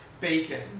Bacon